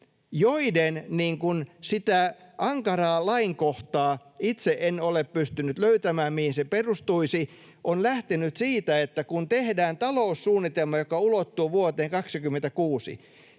joiden ankaraa lainkohtaa itse en ole pystynyt löytämään, mihin se perustuisi, on lähtenyt siitä, että kun tehdään taloussuunnitelma, joka ulottuu vuoteen 26,